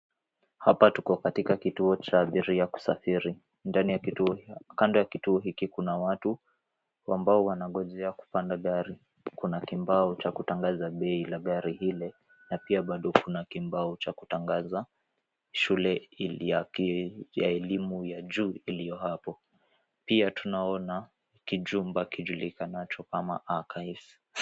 Hapa tuko katika kituo cha abiria kusafiri. Kando ya kituo hiki kuna watu ambao wanangojea kupanda gari. Kuna kibao cha kutangaza bei la gari ile na pia kuna kibao cha kutangaza shule ya elimu ya juu iliyo hapo .Pia tunaona kijumba kijulikanapo kama Archives.